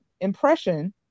impression